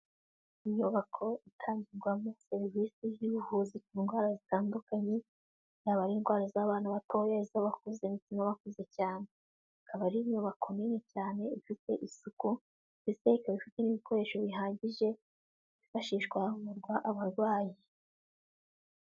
Inyubako itangirwamo serivisi z'ubuvuzi ku ndwara zitandukanye, yaba ari indwara z'abana batoya iz'abakuze n'abakuze cyane, ikaba ari inyubako nini cyane ifite isuku ndetse ikaba ifite n'ibikoresho bihagije byifashishwa mu havurwa abarwayi.